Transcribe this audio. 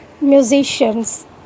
musicians